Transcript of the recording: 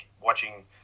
watching